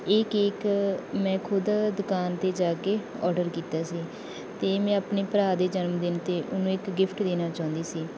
ਇਹ ਕੇਕ ਮੈਂ ਖੁਦ ਦੁਕਾਨ 'ਤੇ ਜਾ ਕੇ ਔਡਰ ਕੀਤਾ ਸੀ ਅਤੇ ਮੈਂ ਆਪਣੇ ਭਰਾ ਦੇ ਜਨਮਦਿਨ 'ਤੇ ਉਹਨੂੰ ਇੱਕ ਗਿਫਟ ਦੇਣਾ ਚਾਹੁੰਦੀ ਸੀ